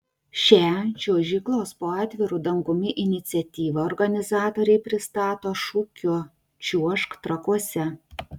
šią čiuožyklos po atviru dangumi iniciatyvą organizatoriai pristato šūkiu čiuožk trakuose